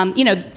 um you know,